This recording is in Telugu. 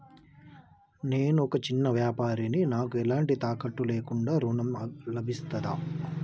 నేను ఒక చిన్న వ్యాపారిని నాకు ఎలాంటి తాకట్టు లేకుండా ఋణం లభిస్తదా?